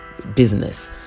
Business